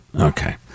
Okay